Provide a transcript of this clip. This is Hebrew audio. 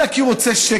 אלא כי הוא רוצה שקט.